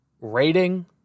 rating